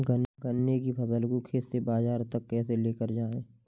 गन्ने की फसल को खेत से बाजार तक कैसे लेकर जाएँ?